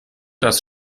dass